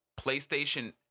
PlayStation